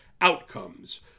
outcomes